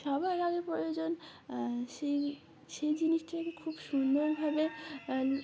সবার আগে প্রয়োজন সেই সেই জিনিসটাকে খুব সুন্দরভাবে